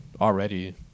already